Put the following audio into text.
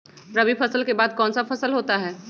रवि फसल के बाद कौन सा फसल होता है?